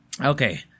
Okay